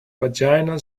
vaginal